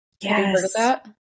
Yes